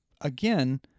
again